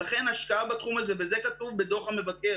ולכן השקעה בתחום הזה וזה כתוב בדוח המבקר